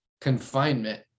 confinement